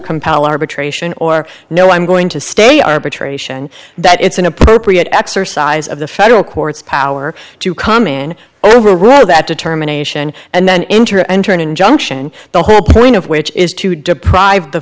compile arbitration or no i'm going to stay arbitration that it's an appropriate exercise of the federal courts power to come in over or that determination and then enter enter an injunction the whole point of which is to deprive the